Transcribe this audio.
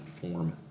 form